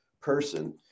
person